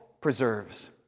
preserves